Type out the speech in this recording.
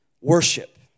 worship